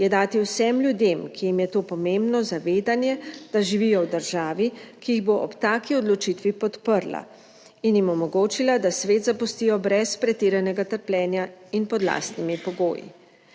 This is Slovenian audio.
je dati vsem ljudem, ki jim je to pomembno, zavedanje, da živijo v državi, ki jih bo ob taki odločitvi podprla in jim omogočila, da svet zapustijo brez pretiranega trpljenja in pod lastnimi pogoji.